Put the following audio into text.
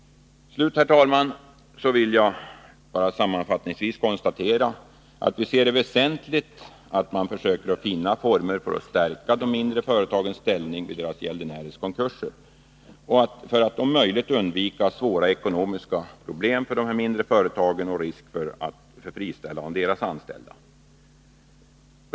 Sammanfattningsvis, herr talman, vill jag bara konstatera att vi ser det som väsentligt att man försöker finna former för att stärka de mindre företagens ställning vid deras gäldenärers konkurser för att om möjligt undvika svåra ekonomiska problem för dessa mindre företag och risk för friställande av deras anställda.